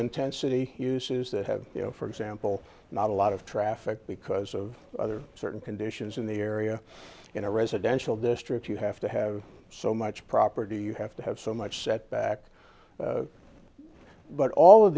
intensity uses that have you know for example not a lot of traffic because of other certain conditions in the area in a residential district you have to have so much property you have to have so much setback but all of